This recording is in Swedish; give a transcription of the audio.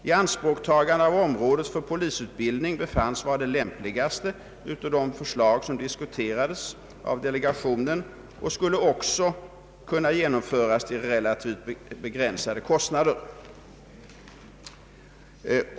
Ianspråktagande av området för polisutbildning befanns vara det lämpligaste av de förslag som diskuterades av delegationen och skulle också kunna genomföras till relativt begränsade kostnader.